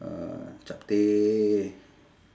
uh chapteh